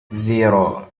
zero